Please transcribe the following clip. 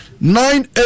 nine